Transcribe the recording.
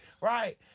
right